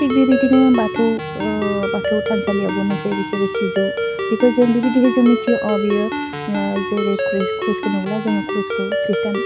थिग बेबायदिनो बाथौ ओह बाथौ थानसालियावबो मोनसे बिसोरो सिजौ बिखौ जों बेबायदिहाय जों मिथियो अह बियो ओह जेरै क्रुस क्रुसखौ नुब्ला जोङो क्रुसखौ खृष्टान